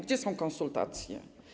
Gdzie są konsultacje?